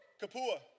Kapua